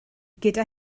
gyda